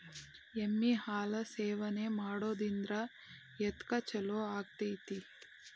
ಎಮ್ಮಿ ಹಾಲು ಸೇವನೆ ಮಾಡೋದ್ರಿಂದ ಎದ್ಕ ಛಲೋ ಆಕ್ಕೆತಿ?